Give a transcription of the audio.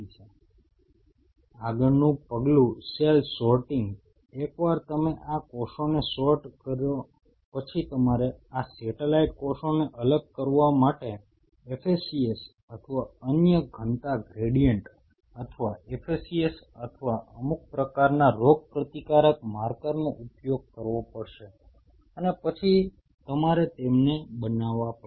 આગળનું પગલું સેલ સોર્ટિંગનું એકવાર તમે આ કોષોને સોર્ટ કરો પછી તમારે આ સેટેલાઈટ કોષોને અલગ કરવા માટે FACS અથવા અન્ય ઘનતા ગ્રેયડીએન્ટ અથવા FACS અથવા અમુક પ્રકારના રોગપ્રતિકારક માર્કરનો ઉપયોગ કરવો પડશે અને પછી તમારે તેમને બનાવા પડશે